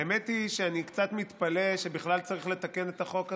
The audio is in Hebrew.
האמת היא שאני קצת מתפלא שבכלל צריך לתקן את החוק הזה.